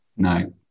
No